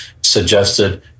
suggested